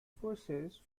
forces